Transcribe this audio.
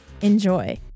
Enjoy